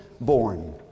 born